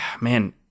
man